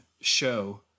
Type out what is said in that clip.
show